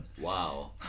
Wow